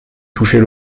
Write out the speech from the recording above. touchait